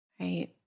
right